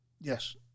yes